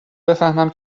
بفهمم